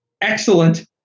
Excellent